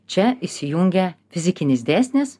čia įsijungia fizikinis dėsnis